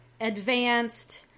advanced